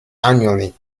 annually